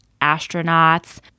astronauts